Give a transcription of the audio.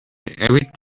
avid